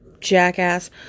jackass